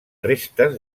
restes